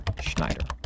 Schneider